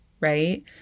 right